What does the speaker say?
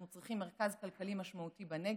אנחנו צריכים מרכז משמעותי בנגב,